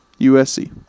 USC